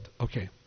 okay